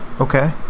Okay